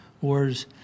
Wars